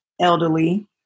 elderly